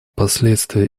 последствия